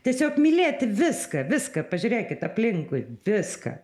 tiesiog mylėti viską viską pažiūrėkit aplinkui viską